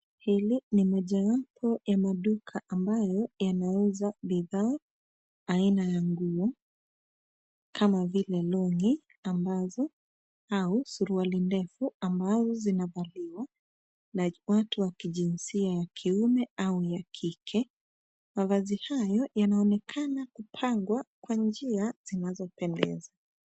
Hili ni mojawapo ya maduka ambayo yanauza bidhaa aina ya nguo kama vile long ambazo au suruali ndefu ambazo zinavaliwa na watu wa jinsia ya kiume au ya kike. Mavazi hayo yanaonekana kupangwa kwa njia zinazopendeza.